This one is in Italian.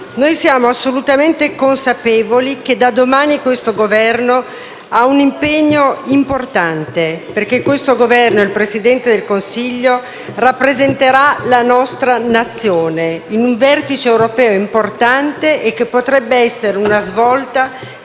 noi siamo assolutamente consapevoli del fatto che da domani questo Governo ha un impegno importante, perché questo Governo e il Presidente del Consiglio rappresenteranno la nostra Nazione in un vertice europeo importante, che potrebbe essere una svolta